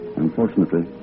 unfortunately